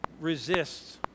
resists